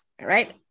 right